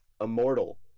Immortal